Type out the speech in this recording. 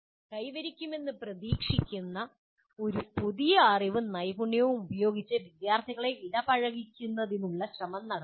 കൈവരിക്കുമെന്ന് പ്രതീക്ഷിക്കുന്ന പുതിയ അറിവും നൈപുണ്യവും ഉപയോഗിച്ച് വിദ്യാർത്ഥികളെ ഇടപഴകിക്കുന്നതിനുള്ള ശ്രമം നടത്തുക